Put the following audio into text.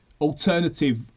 alternative